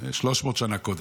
300 שנה קודם.